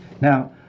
Now